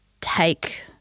take